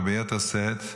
וביתר שאת,